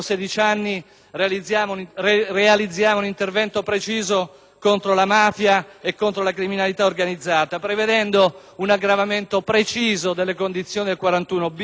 la mafia e la criminalità organizzata, prevedendo un aggravamento preciso delle condizioni del 41*-bis*, introducendo un reato specifico per l'elusione